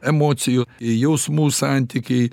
emocijų jausmų santykiai